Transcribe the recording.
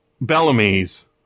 Bellamy's